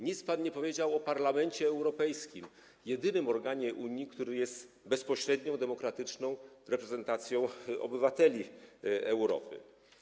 Nie powiedział pan nic o Parlamencie Europejskim, jedynym organie Unii, który jest bezpośrednią, demokratyczną reprezentacją obywateli Europy.